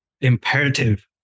imperative